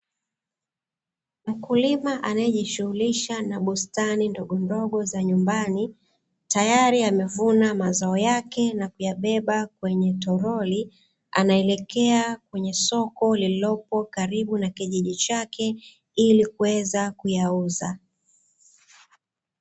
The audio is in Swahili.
Mkulima anae jishughulisha na bustani ndogo ndogo za nyumbani tayari amevuna mazao yake na kuyabeba kwenye toroli, anaelekea kwenye soko lililopo karibu na kijiji chake ili kuweza kuyauza.